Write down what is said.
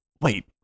Wait